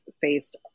faced